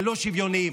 הלא שוויוניים.